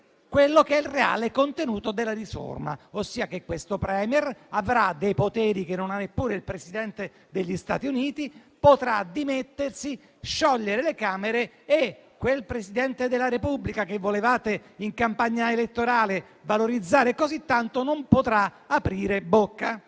volutamente il reale contenuto della riforma, ossia che questo *Premier* avrà dei poteri che non ha neppure il Presidente degli Stati Uniti, potrà dimettersi e sciogliere le Camere. E quel Presidente della Repubblica, che in campagna elettorale volevate valorizzare così tanto, non potrà aprire bocca.